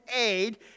aid